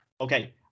Okay